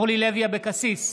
אורלי לוי אבקסיס,